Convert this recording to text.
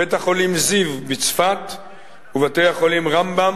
בית-החולים "זיו" בצפת ובתי-החולים "רמב"ם"